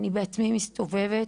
אני בעצמי מסתובבת,